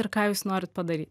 ir ką jūs norit padaryt